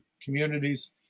communities